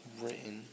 written